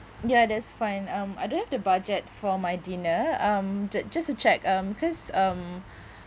ya that's fine um I don't have the budget for my dinner um ju~ just a check um cause um